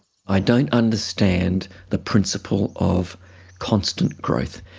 i don't understand the principle of constant growth.